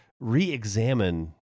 re-examine